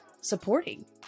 supporting